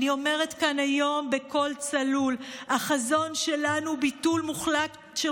אני אומרת כאן היום בקול צלול: החזון שלנו הוא ביטול מוחלט של